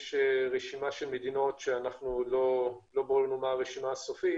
יש רשימה של מדינות שעדין לא ברור לנו מה הרשימה הסופית